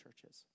churches